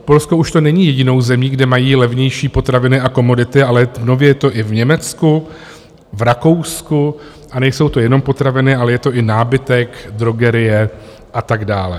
Polsko už není jedinou zemí, kde mají levnější potraviny a komodity, ale nově je to i v Německu, v Rakousku a nejsou to jenom potraviny, ale je to i nábytek, drogerie a tak dále.